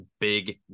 big